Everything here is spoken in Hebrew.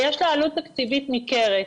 ויש לה עלות תקציבית ניכרת.